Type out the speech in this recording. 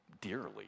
dearly